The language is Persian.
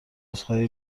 عذرخواهی